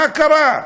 מה קרה?